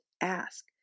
ask